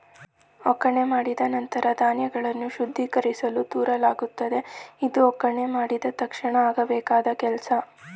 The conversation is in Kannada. ಒಕ್ಕಣೆ ಮಾಡಿದ ನಂತ್ರ ಧಾನ್ಯಗಳನ್ನು ಶುದ್ಧೀಕರಿಸಲು ತೂರಲಾಗುತ್ತದೆ ಇದು ಒಕ್ಕಣೆ ಮಾಡಿದ ತಕ್ಷಣ ಆಗಬೇಕಾದ್ ಕೆಲ್ಸ